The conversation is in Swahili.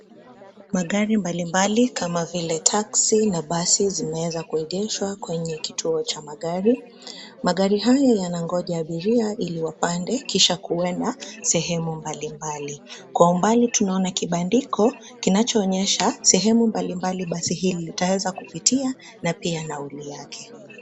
Magari mbalimbali kama vile taksi na basi zimeweza kuegeshwa kwenye kituo cha magari. Magari haya yanangoja abiria iliwapande kisha kuenda, sehemu mbalimbali. Kwa umbali tunaona kibandiko, kinachoonyesha sehemu mbalimbali basi hili litaweza kupitia na pia nauli yake.